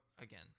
again